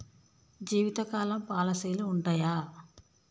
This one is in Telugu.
జీవితకాలం పాలసీలు ఉంటయా?